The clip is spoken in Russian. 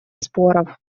споров